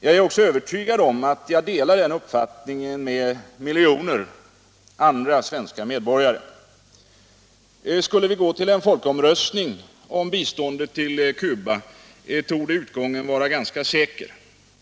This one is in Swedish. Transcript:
Jag är övertygad om att jag delar den uppfattningen med miljoner andra svenska medborgare. Skulle vi gå till en folkomröstning om biståndet till Cuba, torde utgången vara ganska säker.